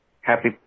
happy